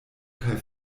kaj